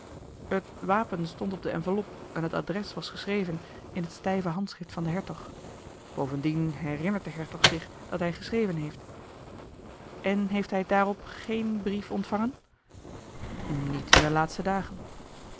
het wapen stond op de enveloppe en het adres was geschreven in het stijve handschrift van den hertog bovendien herinnert de hertog zich dat hij geschreven heeft en heeft hij daarop geen brief ontvangen niet in de laatste dagen